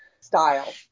style